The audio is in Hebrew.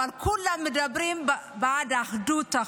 אבל כולם מדברים בעד אחדות.